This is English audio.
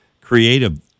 creative